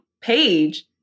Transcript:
page